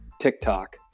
TikTok